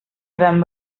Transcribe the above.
gran